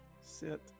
sit